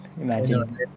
Imagine